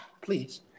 Please